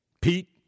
Pete